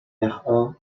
run